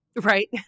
Right